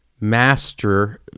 Master